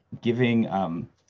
giving